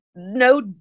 No